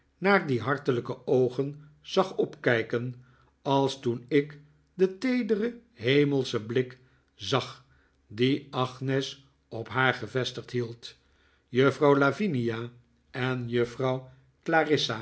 naar die hartelijke oogen zag opkijken als toen ik den teederen hemelschen blik zag dien agnes op haar gevestigd hield juffrouw lavinia en juffrouw